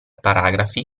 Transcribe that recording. paragrafi